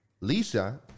Lisa